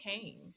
came